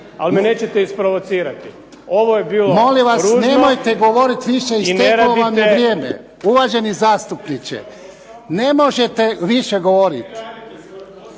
ali me nećete isprovocirati. Ovo je bilo ružno… **Jarnjak,